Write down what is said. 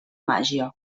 màgia